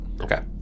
Okay